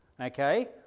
Okay